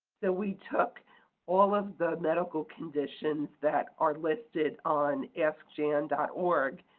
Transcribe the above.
so we took all of the medical conditions that are listed on askjan and org,